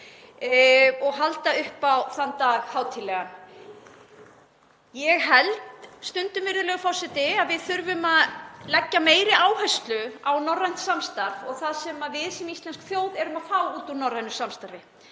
og halda þann dag hátíðlegan. Ég held stundum að við þurfum að leggja meiri áherslu á norrænt samstarf og það sem við sem íslensk þjóð erum að fá út úr norrænu samstarfi.